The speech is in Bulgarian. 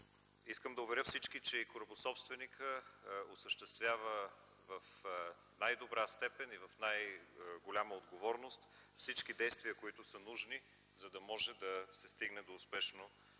Искам да уверя всички, че и корабособственикът осъществява в най-добра степен и с най-голяма отговорност всички действия, които са нужни, за да може да се стигне до успешно